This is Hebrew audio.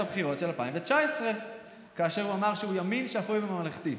הבחירות של 2019 כאשר הוא אמר שהוא ימין שפוי וממלכתי?